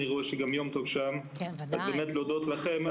אני רואה שגם יום טוב שם, אז באמת להודות לכם.